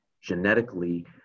genetically